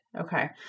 Okay